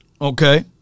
Okay